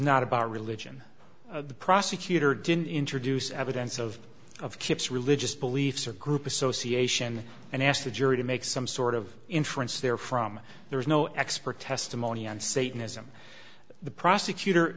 not about religion the prosecutor didn't introduce evidence of of kipps religious beliefs or group association and asked the jury to make some sort of inference therefrom there was no expert testimony on satanism the prosecutor